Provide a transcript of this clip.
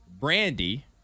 Brandy